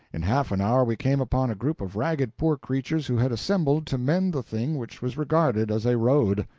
in half an hour we came upon a group of ragged poor creatures who had assembled to mend the thing which was regarded as a road.